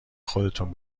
خودتون